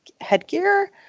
headgear